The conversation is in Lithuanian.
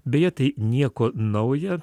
beje tai nieko nauja